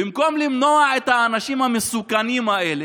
במקום למנוע, האנשים המסוכנים האלה,